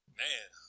man